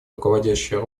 руководящую